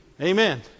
Amen